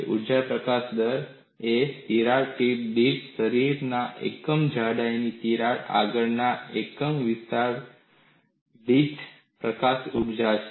ઊર્જા પ્રકાશન દર એ તિરાડ ટિપ દીઠ શરીરના એકમ જાડાઈના તિરાડ આગળના એકમ વિસ્તરણ દીઠ પ્રકાશિત ઊર્જા છે